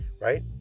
right